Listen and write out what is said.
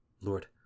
Lord